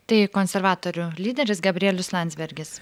tai konservatorių lyderis gabrielius landsbergis